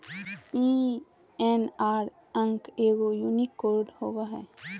PNR अंक एगो unique code होबो हइ